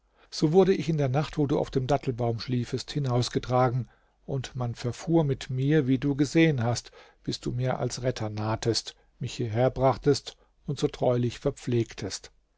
so wurde ich in der nacht wo du auf dem dattelbaum schliefest hinausgetragen und man verfuhr mit mir wie du gesehen hast bis du mir als retter nahtest mich hierherbrachtest und so treulich verpflegtest